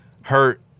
hurt